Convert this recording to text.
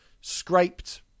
Scraped